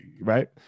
Right